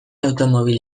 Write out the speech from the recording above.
automobil